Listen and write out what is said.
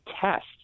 test